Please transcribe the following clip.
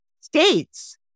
states